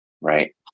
Right